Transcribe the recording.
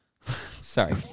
Sorry